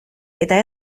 eta